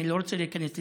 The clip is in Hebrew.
אני לא רוצה להיכנס לזה,